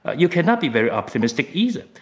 ah you cannot be very optimistic, either,